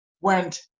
went